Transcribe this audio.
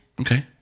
Okay